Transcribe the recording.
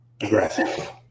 aggressive